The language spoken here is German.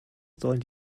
sollen